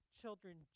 children